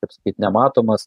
kaip sakyt nematomas